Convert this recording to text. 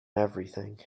everything